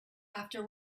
after